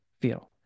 feel